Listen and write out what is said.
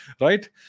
right